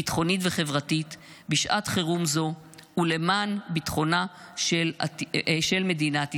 ביטחונית וחברתית בשעת חירום זו ולמען ביטחונה של מדינת ישראל.